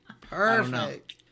Perfect